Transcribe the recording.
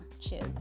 Cheers